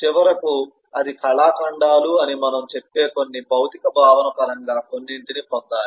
చివరకు అది కళాఖండాలు అని మనము చెప్పే కొన్ని భౌతిక భావన పరంగా కొన్నింటిని పొందాలి